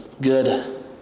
good